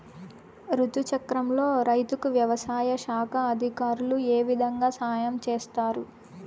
రుతు చక్రంలో రైతుకు వ్యవసాయ శాఖ అధికారులు ఏ విధంగా సహాయం చేస్తారు?